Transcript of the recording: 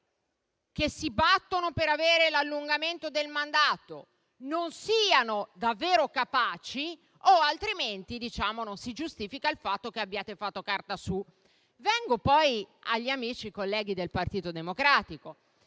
che si battono per avere l'allungamento del mandato non siano davvero capaci, o altrimenti non si giustifica il vostro atteggiamento. Vengo poi agli amici colleghi del Partito Democratico,